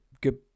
good